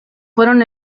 fueron